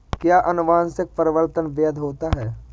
क्या अनुवंशिक परिवर्तन वैध होता है?